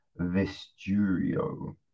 Vesturio